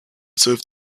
serve